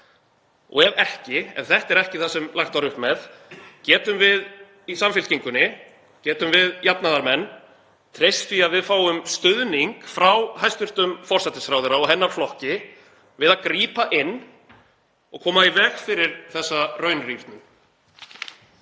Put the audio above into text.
Og ef ekki, ef þetta er ekki það sem lagt var upp með, getum við í Samfylkingunni, getum við jafnaðarmenn treyst því að við fáum stuðning frá hæstv. forsætisráðherra og hennar flokki við að grípa inn í og koma í veg fyrir þessa raunrýrnun?